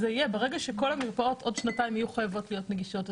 ברגע שכל המרפאות בעוד שנתיים יהיו חייבות להיות נגישות,